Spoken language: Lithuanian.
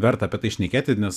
verta apie tai šnekėti nes